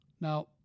Now